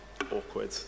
awkward